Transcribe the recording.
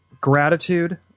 Gratitude